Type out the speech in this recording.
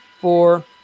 four